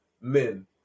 men